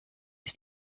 ist